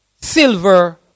silver